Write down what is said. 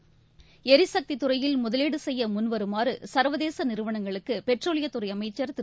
ளிசக்திதுறையில் முதலீடுசெய்யமுன்வருமாறுச்வதேசநிறுவளங்களுக்குபெட்ரோலியத்துறைஅமைச்சர் திரு